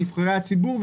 נבחרי הציבור,